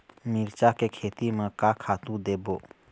मिरचा के खेती म का खातू देबो?